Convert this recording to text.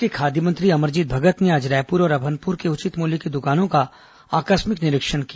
प्रदेश के खाद्य मंत्री अमरजीत भगत ने आज रायपुर और अभनपुर के उचित मूल्य की दुकानों का आकस्मिक निरीक्षण किया